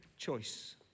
choice